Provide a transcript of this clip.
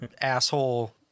asshole